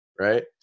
right